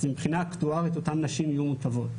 מבחינה אקטוארית אותן נשים יהיו מוטבות.